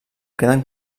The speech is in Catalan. queden